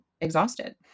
exhausted